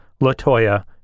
LaToya